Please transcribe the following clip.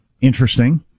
Interesting